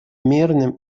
мирным